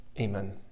Amen